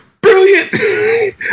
brilliant